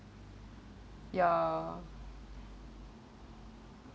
ya